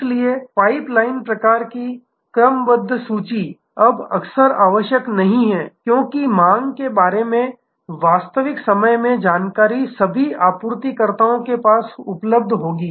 इसलिए pipeline प्रकार की क्रमबद्ध सूची अब अक्सर आवश्यक नहीं है क्योंकि मांग के बारे में वास्तविक समय में जानकारी सभी आपूर्तिकर्ताओं के पास उपलब्ध होगी